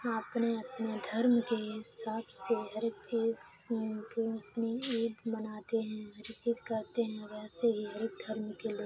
اپنے اپنے دھرم کے حساب سے ہر ایک چیز اپنی عید مناتے ہیں ہر ایک چیز کرتے ہیں ویسے ہی ہر ایک دھرم کے لوگ